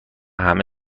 همه